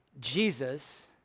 Jesus